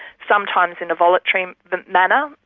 sometimes in a voluntary manner,